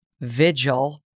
Vigil